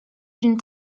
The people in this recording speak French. d’une